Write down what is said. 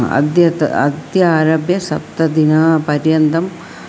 अद्यतः अद्य आरबभ्य सप्तदिनपर्यन्तं